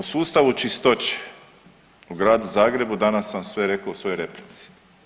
O sustavu čistoće u gradu Zagrebu danas sam sve rekao u svojoj replici.